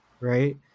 Right